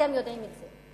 אתם יודעים את זה.